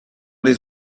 les